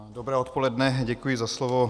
Dobré odpoledne, děkuji za slovo.